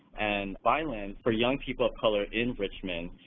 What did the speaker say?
and violence for young people of color in richmond.